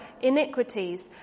iniquities